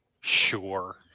Sure